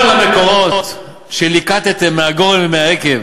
כל המקורות שליקטתם מן הגורן ומן היקב